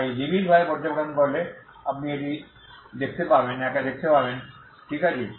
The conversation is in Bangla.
তাই নিবিড়ভাবে পর্যবেক্ষণ করলে আপনি এই এক দেখতে পাবেন ঠিক আছে